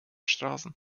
straßen